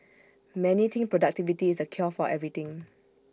many think productivity is the cure for everything